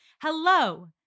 hello